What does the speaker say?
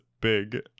Big